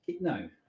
No